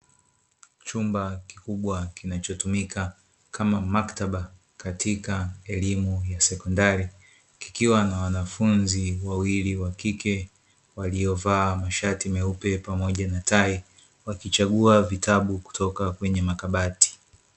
Chumba kikubwa kinachotumika kama maktaba katika elimu ya sekondari, kikiwa na wanafunzi wawili wa kike waliovaa mashati meupe pamoja na tai, wakichagua vitabu kutoka kwenye makabati.